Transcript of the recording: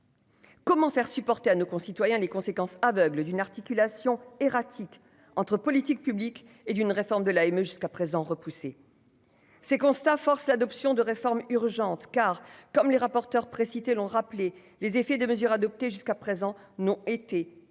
Comment faire supporter à nos concitoyens les conséquences aveugle d'une articulation erratique entre politiques publiques et d'une réforme de l'AME jusqu'à présent repoussé ces constats force l'adoption de réformes urgentes car, comme les rapporteurs précitée, l'ont rappelé les effets des mesures adoptées jusqu'à présent n'ont été qu'un